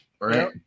right